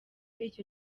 icyo